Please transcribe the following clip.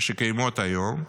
שקיימות היום,